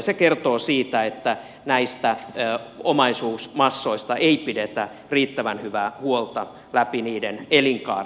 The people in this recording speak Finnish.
se kertoo siitä että näistä omaisuusmassoista ei pidetä riittävän hyvää huolta läpi niiden elinkaaren